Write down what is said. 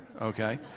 okay